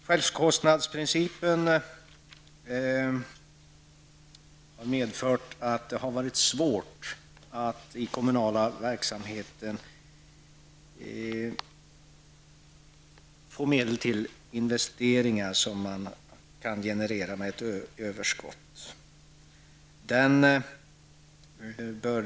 Självkostnadsprincipen har medfört att det har varit svårt att i kommunal verksamhet generera överskott som gett medel till investeringar.